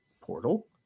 portal